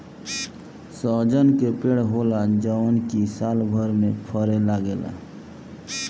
सहजन के पेड़ होला जवन की सालभर में फरे लागेला